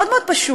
מאוד מאוד פשוט.